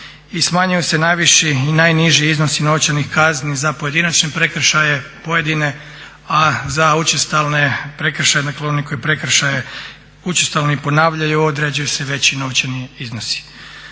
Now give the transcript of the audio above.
smanjuju se najviši i najniži iznosi novčanih kazni za pojedinačne prekršaje pojedine, a za učestale prekršaje dakle oni koji prekršaje učestalo ponavljaju određuju se veći novčani iznosi.